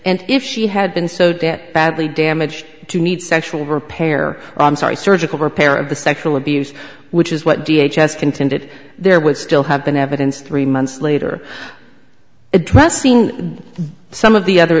and if she had been so debt badly damaged to need sexual repair i'm sorry surgical repair of the sexual abuse which is what d h has contended there would still have been evidence three months later addressing some of the other